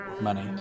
money